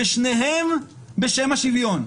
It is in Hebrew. בשניהם בשם השוויון.